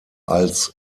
als